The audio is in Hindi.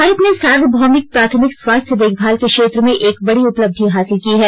भारत ने सार्वभौमिक प्राथमिक स्वास्थ्य देखभाल के क्षेत्र में एक बड़ी उपलब्धि हासिल की है